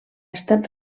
estat